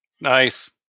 Nice